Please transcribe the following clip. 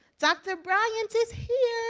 dr. bryant is here.